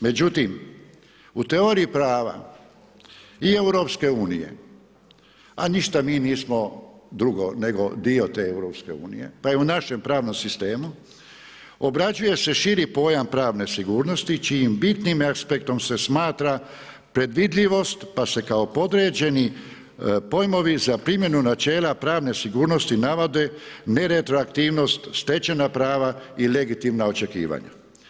Međutim, u teoriji prava i EU a ništa mi nismo drugo nego dio EU, pa je u pravnom sistemu obrađuje se širi pojam pravne sigurnosti čijim bitnim aspektom se smatra predvidljivost pa se kao podređeni pojmovi za primjenu načela pravne sigurnosti navode neretroaktivnost, stečena prava i legitimna očekivanja.